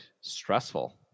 stressful